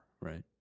right